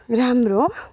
राम्रो